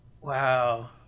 Wow